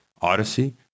Odyssey